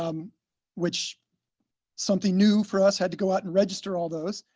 um which something new for us had to go out and register all those.